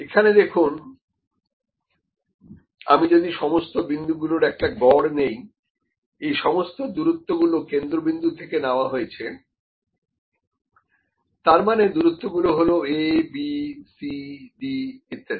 এখানে দেখুন quadrant number one আমি যদি সমস্ত বিন্দু গুলোর একটা গড় নিইএই সমস্ত দূরত্ব গুলো কেন্দ্রবিন্দু থেকে নেওয়া হয়েছে তার মানে দূরত্ব গুলো হল abcd ইত্যাদি